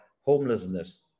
homelessness